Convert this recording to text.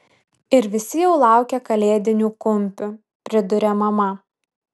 ir visi jau laukia kalėdinių kumpių priduria mama